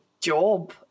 job